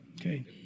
okay